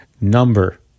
number